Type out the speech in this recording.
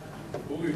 בין-לאומית),